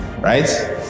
right